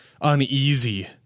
uneasy